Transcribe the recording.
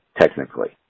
technically